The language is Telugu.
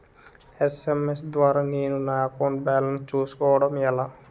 ఎస్.ఎం.ఎస్ ద్వారా నేను నా అకౌంట్ బాలన్స్ చూసుకోవడం ఎలా?